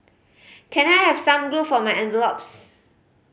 can I have some glue for my envelopes